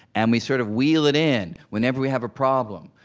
and we sort of wheel it in whenever we have a problem.